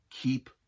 keep